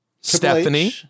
stephanie